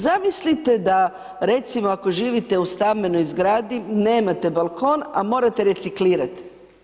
Zamislite da, recimo ako živite u stambenoj zgradi, nemate balkon, a morate reciklirati.